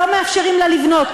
לא מאפשרים לה לבנות,